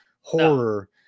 horror